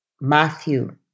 Matthew